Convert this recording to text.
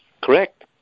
correct